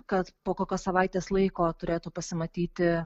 kad po kokios savaitės laiko turėtų pasimatyti